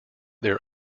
their